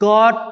God